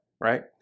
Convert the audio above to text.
right